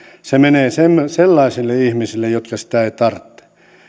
se menee sellaisille ihmisille jotka sitä eivät tarvitse